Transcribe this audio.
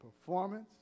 performance